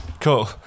cool